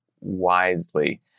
wisely